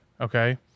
Okay